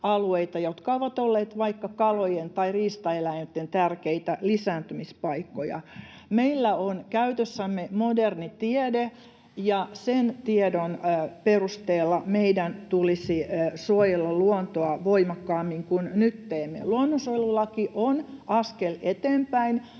jotka ovat olleet vaikka kalojen tai riistaeläinten tärkeitä lisääntymispaikkoja. Meillä on käytössämme moderni tiede, ja sen tiedon perusteella meidän tulisi suojella luontoa voimakkaammin kuin nyt teemme. Luonnonsuojelulaki on askel eteenpäin,